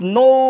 no